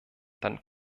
dann